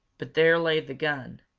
but there lay the gun,